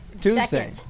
Tuesday